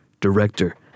director